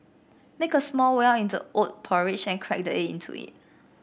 make a small well in the oat porridge and crack the egg into it